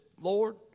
Lord